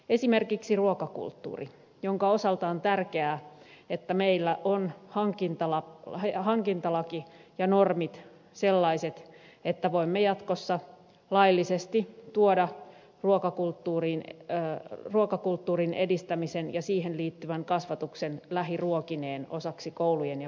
esimerkiksi ruokakulttuurin osalta on tärkeää että meillä on hankintalaki ja sellaiset normit että voimme jatkossa laillisesti tuoda ruokakulttuurin edistämisen ja siihen liittyvän kasvatuksen lähiruokineen osaksi koulujen ja päiväkotien toimintaa